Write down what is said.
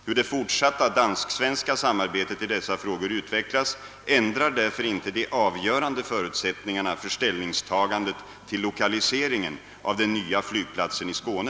Hur det fortsatta dansk-svenska samarbetet i dessa frågor utvecklas ändrar därför inte de avgörande förutsättningarna för ställningstagandet till lokaliseringen av den nya flygplatsen i Skåne.